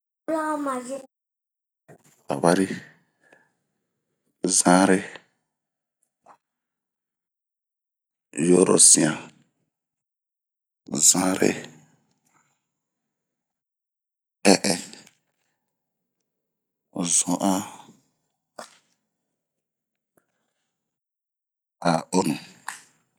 Tabari, zanré, yorosian, zanré, ɛɛ-ɛɛ ,zu-an ,aonu